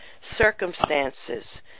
circumstances